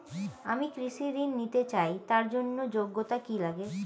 আমি কৃষি ঋণ নিতে চাই তার জন্য যোগ্যতা কি লাগে?